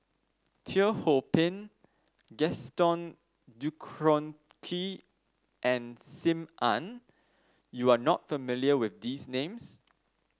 Teo Ho Pin Gaston and Sim Ann you are not familiar with these names